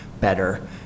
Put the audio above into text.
better